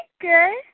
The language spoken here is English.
good